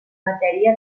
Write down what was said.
matèria